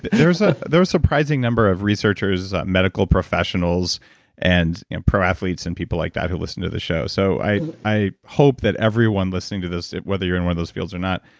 there's ah a surprising number of researchers, medical professionals and pro athletes and people like that who listen to the show. so i i hope that everyone listening to this, whether you're in one of those fields or not,